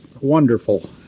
wonderful